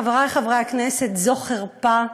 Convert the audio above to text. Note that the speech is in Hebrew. חברי חברי הכנסת, זו חרפה.